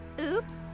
Oops